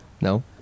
No